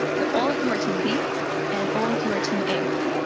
so all of you are team b and all of you are team a.